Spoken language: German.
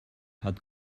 hat